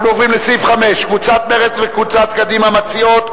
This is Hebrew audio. אנחנו עוברים לסעיף 5. קבוצת מרצ וקבוצת קדימה מציעות.